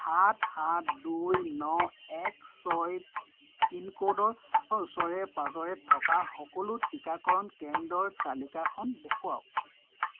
সাত সাত দুই ন এক ছয় পিনক'ডৰ ওচৰে পাঁজৰে থকা সকলো টীকাকৰণ কেন্দ্ৰৰ তালিকাখন দেখুৱাওক